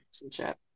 relationship